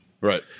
Right